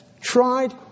tried